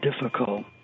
difficult